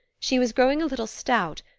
she was growing a little stout,